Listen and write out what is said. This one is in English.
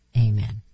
Amen